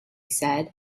said